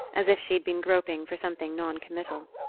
as if she had been groping for something noncommittal.